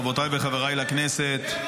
חברותיי וחבריי לכנסת,